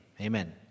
Amen